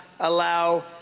Allow